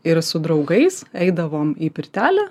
ir su draugais eidavom į pirtelę